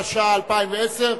התשע"א 2010,